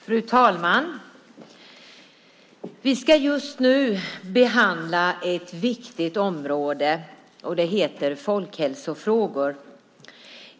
Fru talman! Vi ska just nu behandla ett viktigt område, och det heter Folkhälsofrågor .